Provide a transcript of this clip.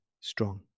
strong